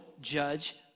judge